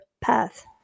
path